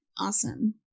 Awesome